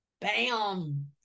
bam